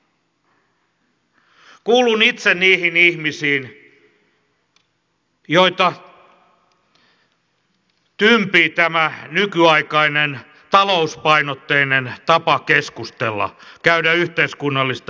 kuulun itse niihin ihmisiin joita tympii tämä nykyaikainen talouspainotteinen tapa keskustella käydä yhteiskunnallista diskurssia